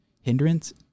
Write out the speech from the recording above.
hindrance